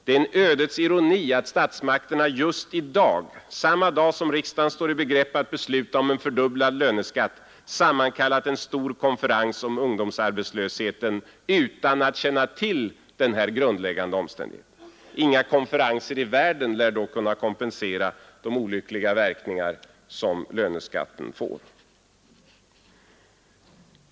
Det är en ödets ironi att statsmakterna just i dag, samma dag som riksdagen står i begrepp att besluta om fördubblad löneskatt, har sammankallat en stor konferens om ungdomsarbetslösheten utan att känna till denna grundläggande omständighet. Inga konferenser i världen lär då kunna kompensera de olyckliga verkningar löneskatten får.